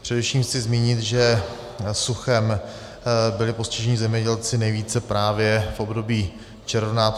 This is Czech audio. Především chci zmínit, že suchem byli postiženi zemědělci nejvíce právě v období června.